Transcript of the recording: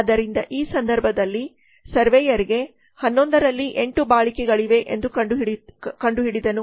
ಆದ್ದರಿಂದ ಈ ಸಂದರ್ಭದಲ್ಲಿ ಸರ್ವೇಯರ್ಗೆ 11 ರಲ್ಲಿ 8 ಬಾಳಿಕೆಗಳಿವೆ ಎಂದು ಕಂಡುಹಿಡಿದನು